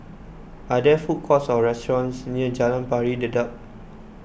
are there food courts or restaurants near Jalan Pari Dedap